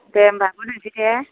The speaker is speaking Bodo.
दे होमबा आब' दोनसै दे